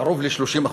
קרוב ל-30%.